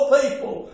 people